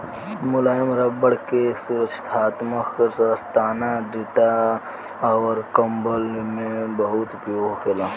मुलायम रबड़ के सुरक्षात्मक दस्ताना, जूता अउर कंबल में बहुत उपयोग होखेला